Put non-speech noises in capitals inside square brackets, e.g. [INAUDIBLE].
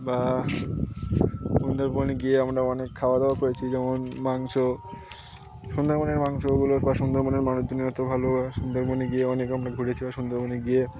বা সুন্দরবনে গিয়ে আমরা অনেক খাওয়া দাওয়া করেছি যেমন মাংস সুন্দরবনের মাংস ওগুলোর [UNINTELLIGIBLE] সুন্দরবনের মানুষজন ভালো সুন্দরবনে গিয়ে অনেক আমরা ঘুরেছি সুন্দরবনে গিয়ে